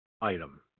item